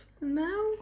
now